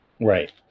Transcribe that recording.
right